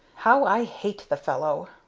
how i hate the fellow!